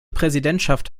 präsidentschaft